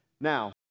now